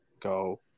go